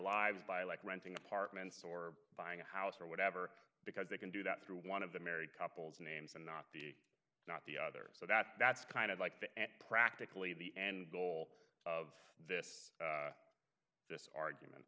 lives by like renting apartments or buying a house or whatever because they can do that through one of the married couples names and not the not the other so that that's kind of like the end practically the end goal of this this argument